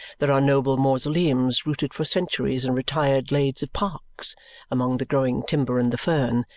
there are noble mausoleums rooted for centuries in retired glades of parks among the growing timber and the fern,